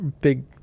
big